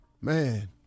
man